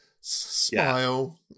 smile